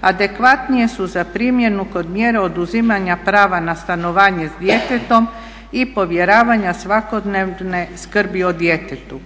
adekvatnije su za primjenu kod mjera oduzimanja prava na stanovanje sa djetetom i povjeravanja svakodnevne skrbi o djetetu